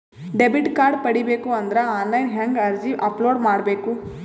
Debit card ಪಡಿಬೇಕು ಅಂದ್ರ online ಹೆಂಗ್ ಅರ್ಜಿ ಅಪಲೊಡ ಮಾಡಬೇಕು?